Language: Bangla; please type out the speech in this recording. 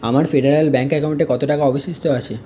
আমার ফেডেরাল ব্যাঙ্ক অ্যাকাউন্টে কত টাকা অবশিষ্ট আছে